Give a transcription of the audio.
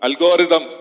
algorithm